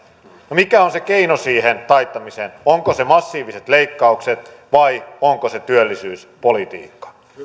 mikä on se keino siihen taittamiseen onko se massiiviset leikkaukset vai onko se työllisyyspolitiikka